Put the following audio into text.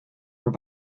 were